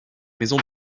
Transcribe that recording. maison